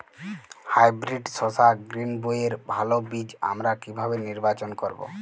Hybrid শসা গ্রীনবইয়ের ভালো বীজ আমরা কিভাবে নির্বাচন করব?